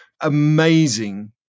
amazing